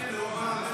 הוא אמר הרבה דברים.